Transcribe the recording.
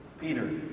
Peter